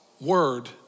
word